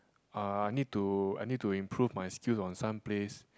uh I need to I need to improve my skill on some place